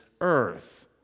earth